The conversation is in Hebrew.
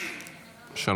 בבקשה.